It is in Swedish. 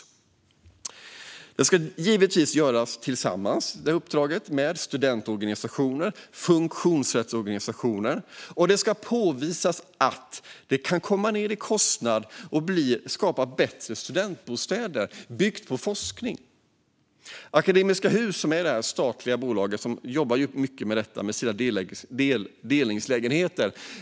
Uppdraget ska givetvis utföras tillsammans med studentorganisationer och funktionsrättsorganisationer, och det ska påvisas att man kan komma ned i kostnad och skapa bättre studentbostäder baserat på forskning. Akademiska hus är ett statligt bolag som jobbar mycket med det här med delningslägenheter.